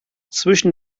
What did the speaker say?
zwischen